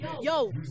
Yo